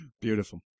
Beautiful